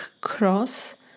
cross